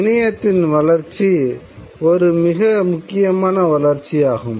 இணையத்தின் வளர்ச்சி ஒரு மிக முக்கியமான வளர்ச்சியாகும்